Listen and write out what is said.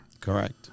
Correct